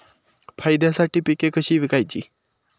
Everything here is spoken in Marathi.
फायद्यासाठी पिके कशी विकायची?